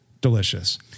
delicious